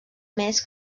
més